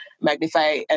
Magnify